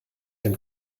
dem